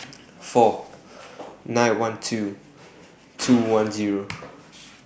four nine one two two one Zero